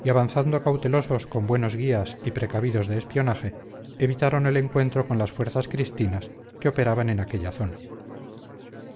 y avanzando cautelosos con buenos guías y precavidos de espionaje evitaron el encuentro con las fuerzas cristinas que operaban en aquella zona